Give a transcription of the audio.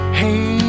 hey